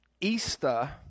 Easter